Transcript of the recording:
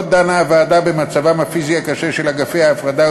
עוד דנה הוועדה במצבם הפיזי הקשה של אגפי ההפרדה,